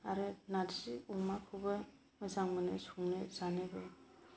आरो नारजि अमाखौबो मोजां मोनो संनो जानोबो